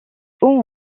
haut